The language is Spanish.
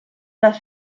las